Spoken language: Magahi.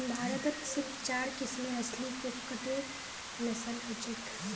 भारतत सिर्फ चार किस्मेर असली कुक्कटेर नस्ल हछेक